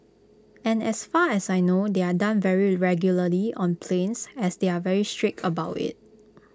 and as far as I know they are done very regularly on planes as they are very strict about IT